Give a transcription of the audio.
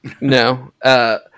No